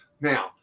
now